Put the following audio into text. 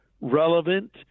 relevant